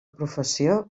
professió